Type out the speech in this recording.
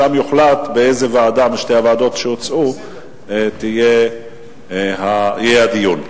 שם יוחלט באיזו ועדה משתי הוועדות שהוצעו יהיה הדיון.